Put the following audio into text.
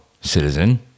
citizen